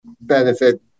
benefit